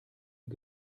ihr